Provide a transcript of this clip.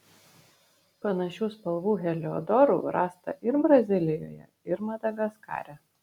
panašių spalvų heliodorų rasta ir brazilijoje ir madagaskare